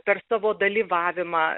per savo dalyvavimą